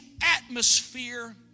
atmosphere